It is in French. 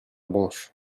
branche